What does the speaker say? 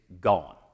gone